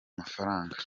mafaranga